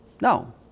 No